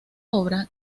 obra